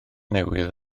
newydd